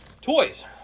toys